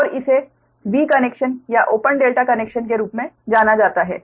और इसे V connection या ओपन डेल्टा कनेक्शन के रूप में जाना जाता है